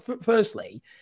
firstly